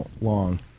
long